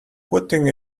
putting